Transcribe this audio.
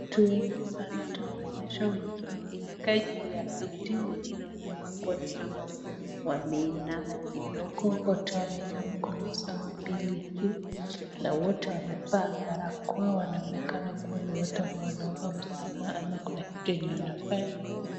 Watu wengi sana tumeonyeshwa ,wengine wamekaa juu ya viti ,wengine wanakaa kuwa ni kama wameinama kidogo ,wote wameweka mikono zao mbele juu na wote wamevaa barakoa ,wanaonekana kuwa ni watu ambao wanaomba msamaha ama kuna kitu yenye wanafanya.